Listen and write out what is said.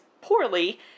poorly